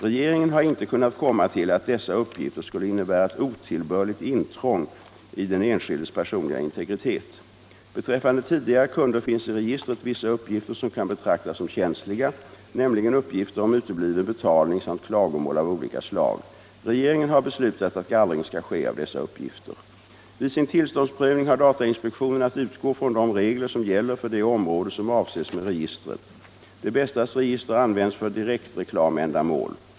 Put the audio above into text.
Regeringen har inte kunnat komma till att dessa uppgifter skulle innebära otillbörligt intrång i den enskildes personliga integritet. Beträffande tidigare kunder finns i registret vissa uppgifter som kan betraktas som känsliga, nämligen uppgifter om utebliven betalning samt klagomål av olika slag. Regeringen har beslutat att gallring skall ske av dessa uppgifter. Vid sin tillståndsprövning har datainspektionen att utgå från de regler som gäller för det område som avses med registret. Det Bästas register används för direktreklamändamål.